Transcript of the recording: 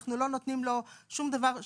אנחנו לא נותנים לו שום דבר.